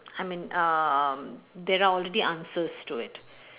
I mean um there are already answers to it